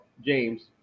James